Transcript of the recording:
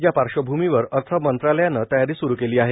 या पार्श्वभूमीवर अर्थमंत्रालयाने तयारी सुरू केली आहे